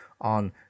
on